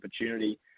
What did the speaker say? opportunity